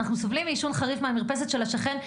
ואנחנו סובלים מעישון חריף מהמרפסת של השכן.